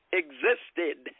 existed